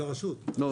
זה